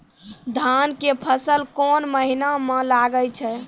धान के फसल कोन महिना म लागे छै?